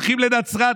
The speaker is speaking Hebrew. הולכים לנצרת,